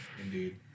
Indeed